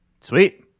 Sweet